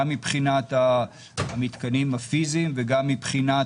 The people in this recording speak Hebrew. גם מבחינת המתקנים הפיזיים וגם מבחינת